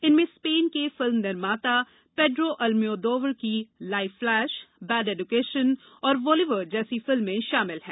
इनमें स्पेन के फिल्म निर्माता पेड्रो अल्मोयदोवर की लाइव फ्लेश बैड एजूकेशन और वोलिवर जैसी फिल्में शामिल है